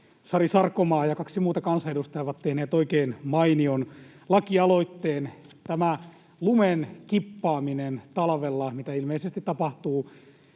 Sari Sarkomaa ja kaksi muuta kansanedustajaa ovat tehneet oikein mainion lakialoitteen. Tämä lumen kippaaminen talvella, mitä ilmeisesti tapahtuu